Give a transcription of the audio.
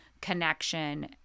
connection